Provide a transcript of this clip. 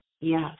yes